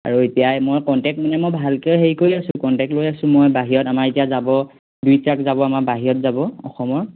আৰু এতিয়া মই কণ্টেক মানে মই ভালকৈ হেৰি কৰি আছোঁ কণ্টেক্ট লৈ আছোঁ মই বাহিৰত আমাৰ এতিয়া যাব দুই ট্ৰাক যাব আমাৰ বাহিৰত যাব অসমৰ